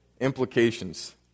implications